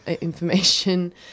information